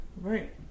Right